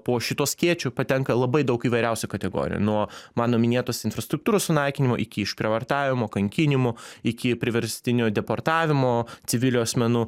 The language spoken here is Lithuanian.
po šituo skėčiu patenka labai daug įvairiausių kategorijų nuo mano minėtos infrastruktūros sunaikinimo iki išprievartavimo kankinimų iki priverstinių deportavimų civilių asmenų